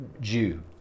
Jew